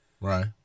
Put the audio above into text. Right